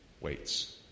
waits